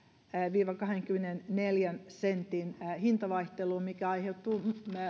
viiva kahdenkymmenenneljän sentin hintavaihteluun mikä aiheutuu